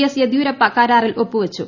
S Yediyurappa കരാറിൽ ഒപ്പുവച്ചു